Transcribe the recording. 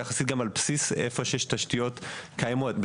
ויחסית על בסיס תשתיות קיימות.